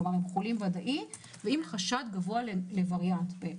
כלומר הם חולים ודאיים עם חשד גבוה לווריאנט.